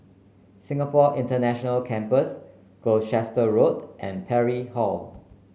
Singapore International Campus Gloucester Road and Parry Hall